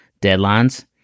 deadlines